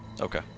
Okay